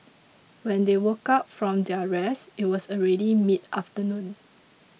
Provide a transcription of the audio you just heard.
when they woke up from their rest it was already mid afternoon